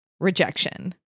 rejection